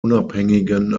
unabhängigen